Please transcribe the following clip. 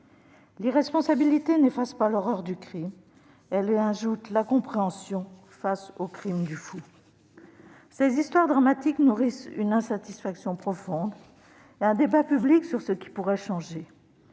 L'irresponsabilité n'efface pas l'horreur du crime, elle y ajoute l'incompréhension face au « crime du fou ». Ces histoires dramatiques nourrissent une insatisfaction profonde et un débat public sur ce qui pourrait changer.